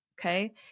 Okay